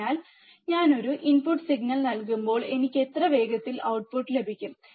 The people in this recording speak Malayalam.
അതിനാൽ ഞാൻ ഒരു ഇൻപുട്ട് സിഗ്നൽ നൽകുമ്പോൾ എനിക്ക് എത്ര വേഗത്തിൽ ഔട്ട്പുട്ട് ലഭിക്കും